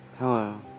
Hello